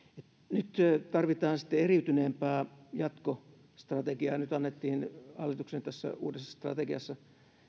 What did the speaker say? nyt tarvitaan sitten eriytyneempää jatkostrategiaa ja nyt annettiin tässä hallituksen uudessa strategiassa